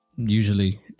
Usually